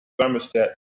thermostat